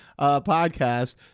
podcast